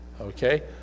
Okay